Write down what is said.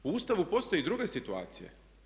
U Ustavu postoji i druga situacija.